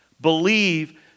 Believe